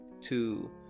two